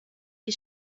die